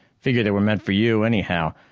figure they were meant for you anyhow,